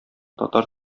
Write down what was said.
татар